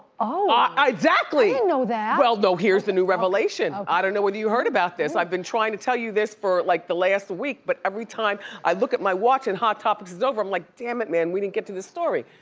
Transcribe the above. oh! i didn't and know that! well, here's the new revelation. um i don't know whether you heard about this. i've been trying to tell you this for like the last week, but every time i look at my watch and hot topic is over i'm like, damnit, man we didn't get to the story!